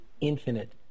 infinite